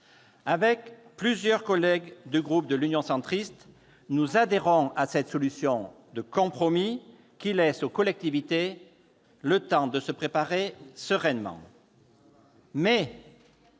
Avec plusieurs collègues du groupe Union Centriste, nous adhérons à cette solution de compromis, qui laisse aux collectivités le temps de se préparer sereinement.